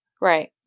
Right